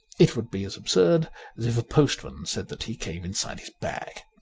it would be as absurd as if a postman said that he came inside his bag.